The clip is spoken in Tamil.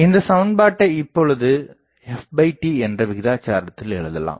இந்தச் சமன்பாட்டை இப்பொழுது fd என்ற விகிதாசாரத்தில் எழுதலாம்